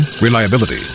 reliability